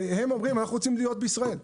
והם אומרים אנחנו רוצים להיות בישראל,